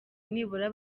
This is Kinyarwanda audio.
nibura